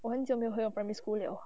我很久没有回我 primary school 了